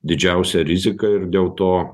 didžiausia rizika ir dėl to